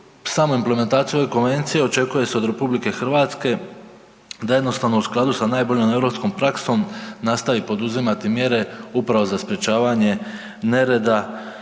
samu implementaciju ove konvencije očekuje se od RH da jednostavno u skladu sa najboljom europskom praksom nastavi poduzimati mjere upravo za sprječavanje nereda